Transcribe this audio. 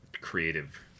creative